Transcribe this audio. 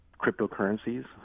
cryptocurrencies